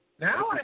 Now